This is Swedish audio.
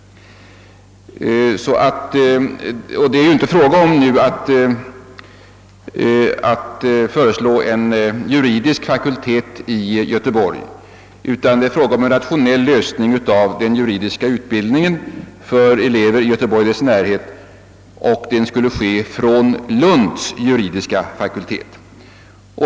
Och det är ju inte fråga om att nu föreslå inrättande av en juridisk fakultet i Göteborg, utan det är fråga om att få till stånd en rationell lösning av den juridiska utbildningen för elever i Göteborg och dess närhet. Undervisningen skulle ske från Lunds juridiska fakultet.